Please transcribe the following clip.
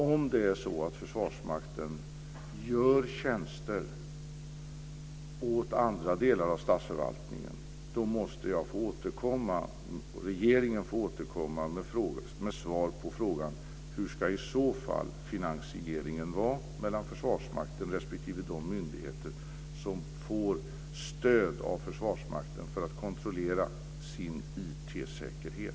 Om Försvarsmakten gör tjänster åt andra delar av statsförvaltningen måste jag och regeringen återkomma med svar på frågan om hur finansieringen i så fall ska vara mellan Förvarsmakten och de respektive myndigheter som får stöd av Försvarsmakten för att kontrollera sin IT-säkerhet.